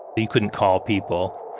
you couldn't call people.